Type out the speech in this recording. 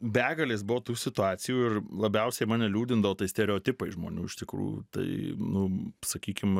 begalės buvo tų situacijų ir labiausiai mane liūdindavo tai stereotipai žmonių iš tikrųjų tai nu sakykim